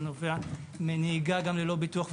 זה נובע מנהיגה ללא ביטוח,